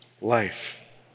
life